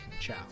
ciao